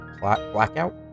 Blackout